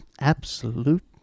absolute